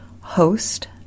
host